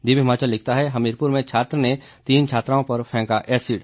दिव्य हिमाचल लिखता है हमीरपुर में छात्र ने तीन छात्राओं पर फेंका एसिड